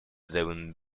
then